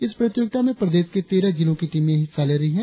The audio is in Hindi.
इस प्रतियोगिता में प्रदेश के तेरह जिलों की टीमे हिस्सा ले रही है